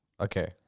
Okay